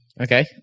Okay